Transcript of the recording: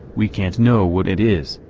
we can't know what it is,